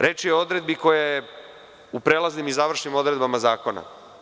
Reč je o odredbi koja je u prelaznim i završnim odredbama zakona.